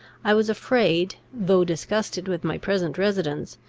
i was afraid, though disgusted with my present residence,